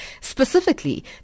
Specifically